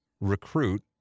recruit